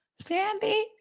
Sandy